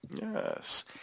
Yes